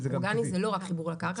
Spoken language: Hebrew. אורגני זה לא רק חיבור לקרקע.